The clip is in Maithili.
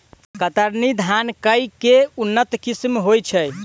कतरनी धान केँ के उन्नत किसिम होइ छैय?